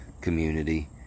community